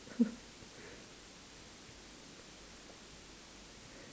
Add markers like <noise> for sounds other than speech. <laughs>